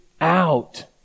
out